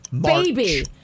baby